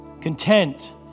content